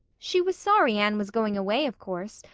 she was sorry anne was going away, of course,